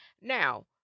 Now